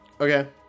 Okay